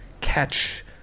catch